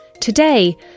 Today